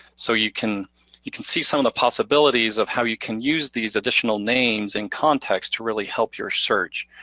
so you can you can see some of the possibilities of how you can use these additional names in context to really help your search,